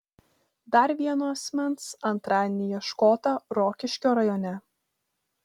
dar vieno asmens antradienį ieškota rokiškio rajone